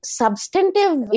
substantive